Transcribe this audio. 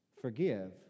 Forgive